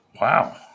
Wow